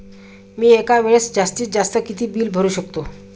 मी एका वेळेस जास्तीत जास्त किती बिल भरू शकतो?